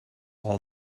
all